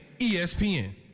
ESPN